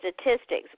statistics